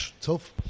tough